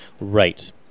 Right